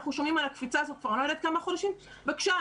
אנחנו שומעים על הקפיצה הזאת כבר אני לא יודעת כמה חודשים בבקשה,